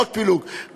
עוד פילוג,